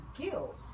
guilt